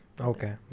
Okay